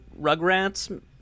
Rugrats